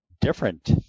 different